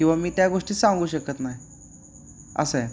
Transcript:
किंवा मी त्या गोष्टी सांगू शकत नाही असं आहे